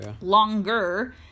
longer